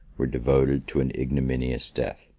were devoted to an ignominious death.